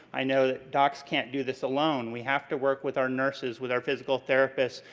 i know that docs can't do this alone. we have to work with our nurses, with our physical therapists,